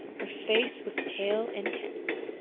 her face was pale and tense.